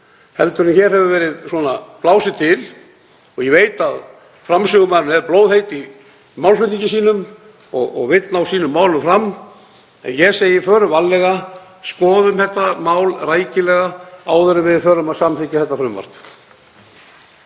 en hér hefur verið blásið til. Ég veit að framsögumaður er blóðheit í málflutningi sínum og vill ná sínum málum fram. En ég segi: Förum varlega, skoðum þetta mál rækilega áður en við förum að samþykkja þetta frumvarp.